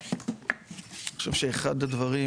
אני חושב שאחד הדברים